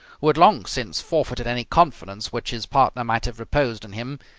who had long since forfeited any confidence which his partner might have reposed in him,